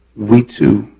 we too,